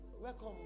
Welcome